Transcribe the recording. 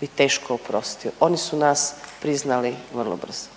bi teško oprostio. Oni su nas priznali vrlo brzo.